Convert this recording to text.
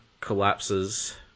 collapses